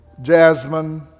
Jasmine